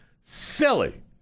silly